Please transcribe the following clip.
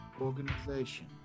organization